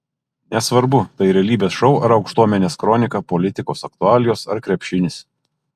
nesvarbu tai realybės šou ar aukštuomenės kronika politikos aktualijos ar krepšinis